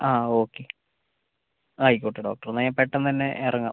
ആ ഓക്കെ ആയിക്കോട്ടെ ഡോക്ടർ എന്നാൽ ഞാൻ പെട്ടെന്നെന്നെ ഇറങ്ങാം